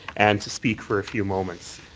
and to speak for a few moments.